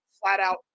flat-out